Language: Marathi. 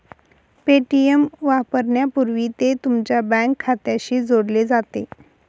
पे.टी.एम वापरण्यापूर्वी ते तुमच्या बँक खात्याशी जोडले जाते